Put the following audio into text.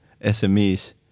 SMEs